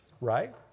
right